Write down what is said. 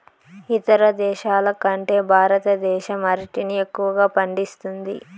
ఇతర దేశాల కంటే భారతదేశం అరటిని ఎక్కువగా పండిస్తుంది